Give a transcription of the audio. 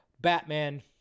Batman